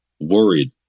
worried